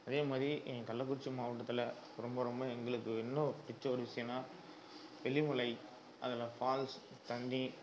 அதே மாதிரி எங்கள் கள்ளக்குறிச்சி மாவட்டத்தில் ரொம்ப ரொம்ப எங்களுக்கு இன்னும் பிடிச்ச ஒரு விஷயோன்னா வெள்ளிமலை அதில்ஃபால்ஸ் தண்ணி